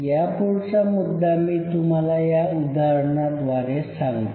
यापुढचा मुद्दा मी तुम्हाला या उदाहरणाद्वारे सांगतो